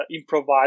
improvised